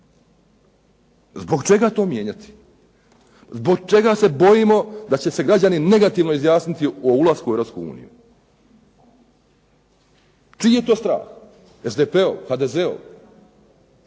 Zbog čega to mijenjati, zbog čega se bojimo da će se građani negativno izjasniti o ulasku u Europsku uniju, čiji je to strah? SDP-ov, HDZ-ov?